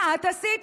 מה את עשית?